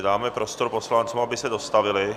Dáme prostor poslancům, aby se dostavili.